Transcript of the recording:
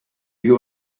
wir